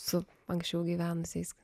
su anksčiau gyvenusiais